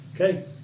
Okay